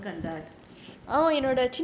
how are you managing with work and that